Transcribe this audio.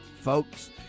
folks